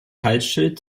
halsschild